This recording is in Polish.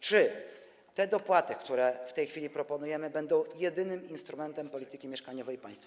Czy dopłaty, które w tej chwili proponujemy, będą jedynym instrumentem polityki mieszkaniowej państwa?